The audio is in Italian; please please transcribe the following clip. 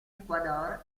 ecuador